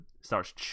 starts